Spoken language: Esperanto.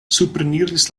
supreniris